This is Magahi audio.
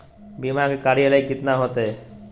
बीमा के कार्यकाल कितना होते?